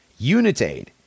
UNITAID